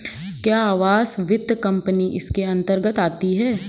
क्या आवास वित्त कंपनी इसके अन्तर्गत आती है?